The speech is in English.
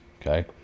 Okay